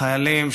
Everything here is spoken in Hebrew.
חיילים,